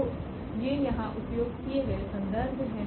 तो ये यहाँ उपयोग किए गए संदर्भ हैं